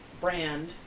brand